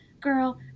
girl